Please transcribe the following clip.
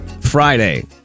Friday